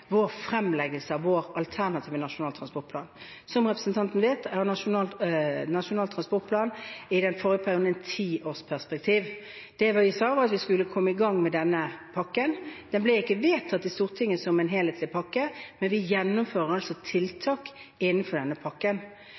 av vår alternative Nasjonal transportplan. Som representanten vet, er Nasjonal transportplan i den forrige perioden et tiårsperspektiv. Det vi sa, var at vi skulle komme i gang med denne pakken. Den ble ikke vedtatt i Stortinget som en helhetlig pakke, men vi gjennomfører tiltak innenfor denne pakken.